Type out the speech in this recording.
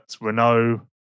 Renault